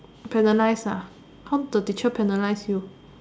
penalise how the teacher penalise you